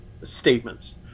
Statements